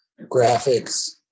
graphics